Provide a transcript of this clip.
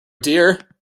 dear